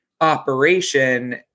operation